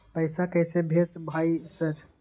पैसा कैसे भेज भाई सर?